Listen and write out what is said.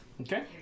Okay